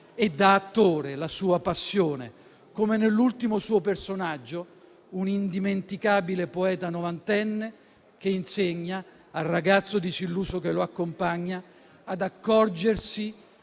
e da attore, la sua passione, come nell'ultimo suo personaggio: un indimenticabile poeta novantenne che insegna al ragazzo disilluso che lo accompagna ad accorgersi